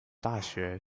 大学